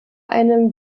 einem